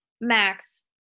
Max